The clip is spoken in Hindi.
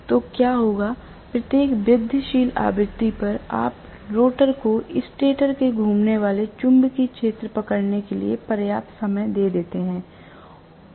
तो क्या होगा प्रत्येक वृद्धिशील आवृत्ति पर आप रोटर को स्टेटर के घूमने वाले चुंबकीय क्षेत्र पकड़ने के लिए पर्याप्त समय दे देते हैं